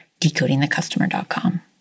decodingthecustomer.com